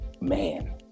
man